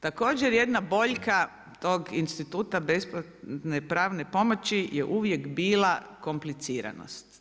Također jedna boljka tog instituta besplatne pravne pomoći je uvijek bila kompliciranost.